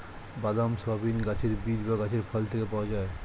বাদাম, সয়াবিন গাছের বীজ বা গাছের ফল থেকে পাওয়া যায়